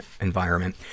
environment